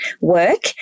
work